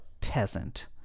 peasant